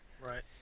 Right